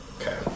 Okay